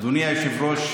אתה יודע,